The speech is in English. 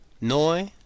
Noi